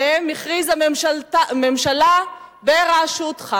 שעליהם הכריזה הממשלה בראשותך?